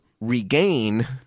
regain